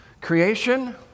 Creation